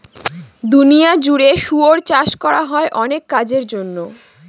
দুনিয়া জুড়ে শুয়োর চাষ করা হয় অনেক কাজের জন্য